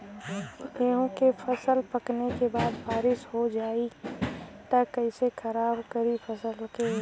गेहूँ के फसल पकने के बाद बारिश हो जाई त कइसे खराब करी फसल के?